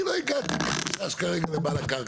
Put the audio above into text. אני לא הגעתי, לא נכנס כרגע לבעל הקרקע.